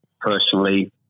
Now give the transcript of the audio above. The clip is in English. personally